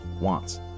wants